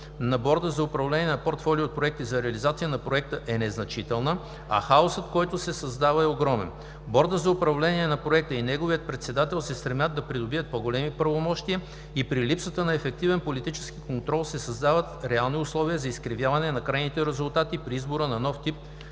Борда за управление на портфолио проекти за реализацията на проекта е незначителна, а хаосът, който се създава, е огромен. Бордът за управление на проекта и неговият председател се стремят да придобият по-големи правомощия и при липсата на ефективен политически контрол се създават реални условия за изкривяване на крайните резултати при избора на нов тип